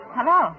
Hello